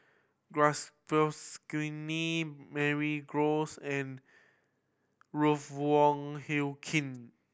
Mary Gomes and Ruth Wong Hie King